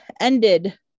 ended